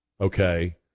okay